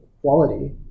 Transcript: quality